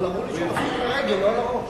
אבל אמרו לי שהוא נפל על הרגל, לא על הראש.